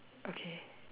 okay